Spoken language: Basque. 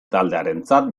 taldearentzat